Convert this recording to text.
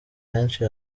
henshi